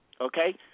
okay